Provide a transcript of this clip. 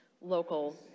local